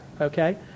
okay